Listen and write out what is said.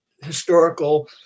historical